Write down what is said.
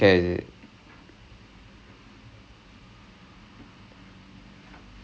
it they don't care னு இல்லை:nu illai the diagnosis right everyone gave was something different